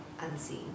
unseen